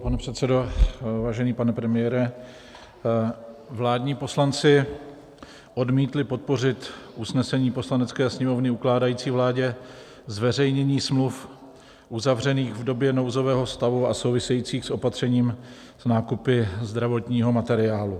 Pane předsedo, vážený pane premiére, vládní poslanci odmítli podpořit usnesení Poslanecké sněmovny ukládající vládě zveřejnění smluv, uzavřených v době nouzového stavu a souvisejících s opatřením s nákupy zdravotního materiálu.